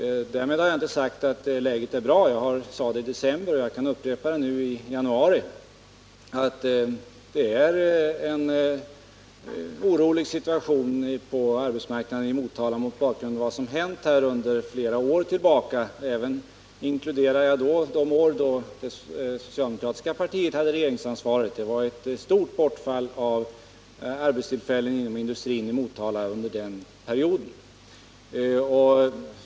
Därmed har jag inte sagt att läget är bra. Jag sade i december, och jag kan upprepa det nu i januari, att det är en orolig situation på arbetsmarknaden i Motala mot bakgrund av vad som hänt där sedan flera år tillbaka, inkl. de år då det socialdemokratiska partiet hade regeringsansvaret. Det var ett stort bortfall av arbetstillfällen inom industrin i Motala under den perioden.